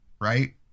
right